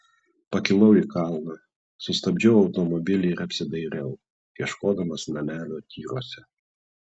pakilau į kalną sustabdžiau automobilį ir apsidairiau ieškodamas namelio tyruose